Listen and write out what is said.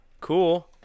cool